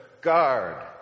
guard